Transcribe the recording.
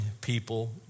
people